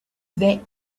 that